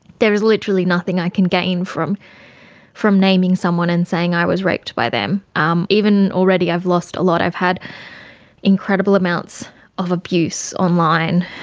there is literally nothing i can gain from from naming someone and saying i was raped by them. um even already i've lost a lot. i've had incredible amounts of abuse online.